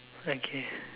okay